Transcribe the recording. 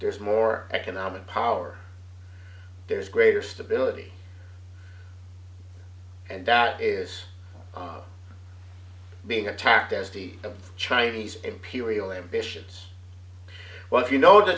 there's more economic power there is greater stability and that is being attacked as the chinese imperial ambitions well if you know the